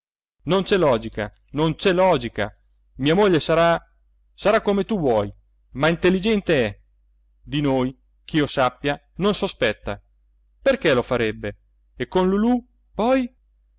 non c'è logica non c'è logica mia moglie sarà sarà come tu vuoi ma intelligente è di noi ch'io sappia non sospetta perché lo farebbe e con lulù poi